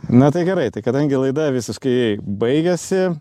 na tai gerai tai kadangi laida visiškai baigiasi